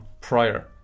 prior